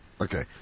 okay